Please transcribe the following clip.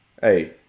Hey